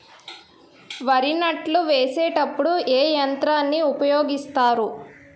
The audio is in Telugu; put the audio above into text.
వరి నాట్లు వేసేటప్పుడు ఏ యంత్రాలను ఉపయోగిస్తారు?